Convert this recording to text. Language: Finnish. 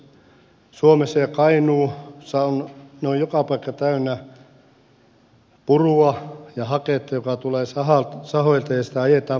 esimerkiksi pohjois suomessa ja kainuussa on joka paikka täynnä purua ja haketta joka tulee sahoilta ja sitä ajetaan pitkiä matkoja